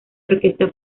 orquesta